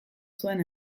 zuen